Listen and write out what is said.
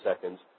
seconds